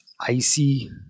icy